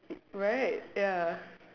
right ya